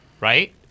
Right